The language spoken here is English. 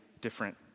different